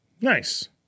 Nice